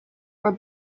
were